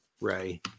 Ray